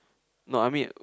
no I mean